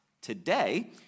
today